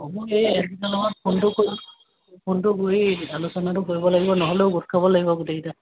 মোক এই ইহঁতগিটাৰ লগত ফোনটো কৰি ফোনটো কৰি আলোচনাটো কৰিব লাগিব নহ'লেও গোট খাব লাগিব গোটেইগিটা